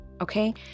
okay